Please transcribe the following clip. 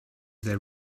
there